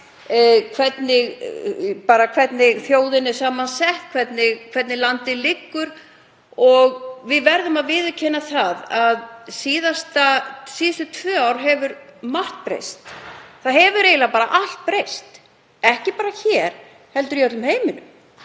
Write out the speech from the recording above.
hvernig þjóðin er samansett, hvernig landið liggur og við verðum að viðurkenna það að síðustu tvö ár hefur margt breyst. Það hefur eiginlega allt breyst, ekki bara hér heldur í öllum heiminum.